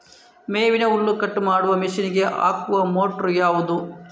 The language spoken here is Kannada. ಮೇವಿನ ಹುಲ್ಲು ಕಟ್ ಮಾಡುವ ಮಷೀನ್ ಗೆ ಹಾಕುವ ಮೋಟ್ರು ಯಾವುದು?